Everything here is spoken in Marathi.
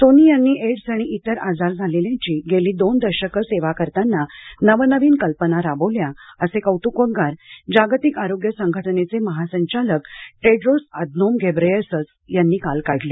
सोनी यांनी एड्स आणि इतर आजार झालेल्यांची गेली दोन दशकं सेवा करताना नवनवीन कल्पना राबवल्या असे कौतुकोद्गार जागतिक आरोग्य संघटनेचे महासंचालक टेड्रोस अधनोम घेब्रेयेसस यांनी काल काढले